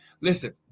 Listen